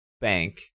Bank